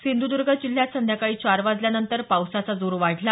सिंधुद्र्ग जिल्ह्यात संध्याकाळी चार वाजल्यानंतर पावसाचा जोर वाढला